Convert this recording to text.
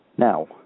Now